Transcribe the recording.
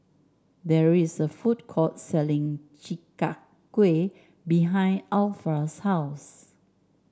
there is a food court selling Chi Kak Kuih behind Alpha's house